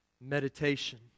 meditation